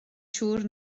siŵr